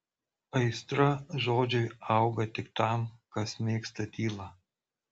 aistra žodžiui auga tik tam kas mėgsta tylą